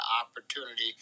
opportunity